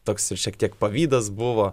toks ir šiek tiek pavydas buvo